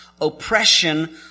oppression